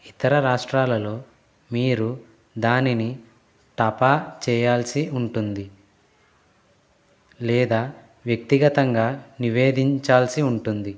ఇతర రాష్ట్రాలలో మీరు దానిని టపా చేయాల్సి ఉంటుంది లేదా వ్యక్తిగతంగా నివేదించాల్సి ఉంటుంది